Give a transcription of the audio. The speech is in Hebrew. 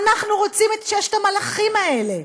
אנחנו רוצים את ששת המלאכים האלה,